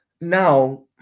Now